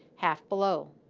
half, below.